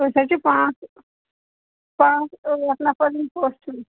أسۍ حظ چھِ پانٛژھ پانٛژھ ٲٹھ نفر یِم